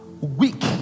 weak